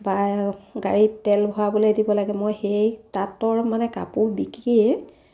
বা গাড়ীত তেল ভৰাবলৈ দিব লাগে মই সেই তাঁতৰ মানে কাপোৰ বিকিয়ে